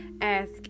ask